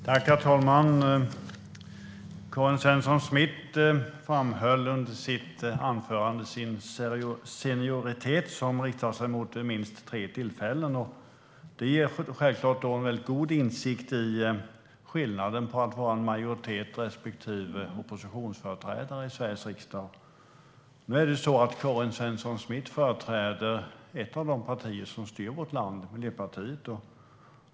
Herr talman! Karin Svensson Smith framhöll under sitt anförande sin senioritet som riksdagsledamot vid minst tre tillfällen. Det ger självklart en väldigt god insikt i skillnaden på att vara en majoritets respektive oppositionsföreträdare i Sveriges riksdag. Nu är det så att Karin Svensson Smith företräder ett av de partier som styr vårt land, Miljöpartiet.